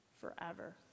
forever